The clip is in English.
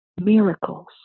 Miracles